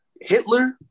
Hitler